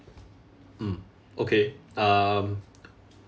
mm okay um